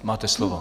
Máte slovo.